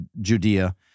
Judea